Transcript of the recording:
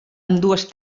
ambdues